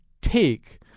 take